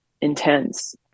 intense